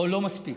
או לא מספיק.